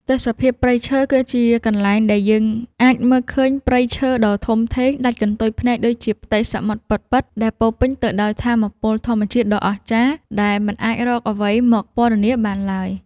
ទេសភាពព្រៃឈើ គឺជាកន្លែងដែលយើងអាចមើលឃើញព្រៃឈើដ៏ធំធេងដាច់កន្ទុយភ្នែកដូចជាផ្ទៃសមុទ្រពិតៗ ដែលពោរពេញទៅដោយថាមពលធម្មជាតិដ៏អស្ចារ្យដែលមិនអាចរកអ្វីមកពណ៌នាបានឡើយ។